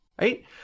right